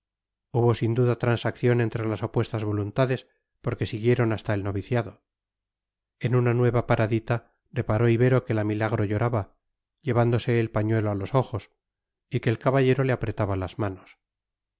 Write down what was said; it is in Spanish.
hubo sin duda transacción entre las opuestas voluntades porque siguieron hasta el noviciado en una nueva paradita reparó ibero que la milagro lloraba llevándose el pañuelo a los ojos y que el caballero le apretaba las manos